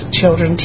children